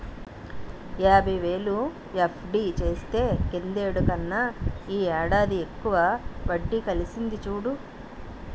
యాబైవేలు ఎఫ్.డి చేస్తే కిందటేడు కన్నా ఈ ఏడాది ఎక్కువ వడ్డి కలిసింది చూడు